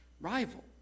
rival